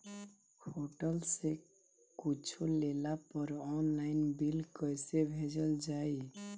Hotel से कुच्छो लेला पर आनलाइन बिल कैसे भेजल जाइ?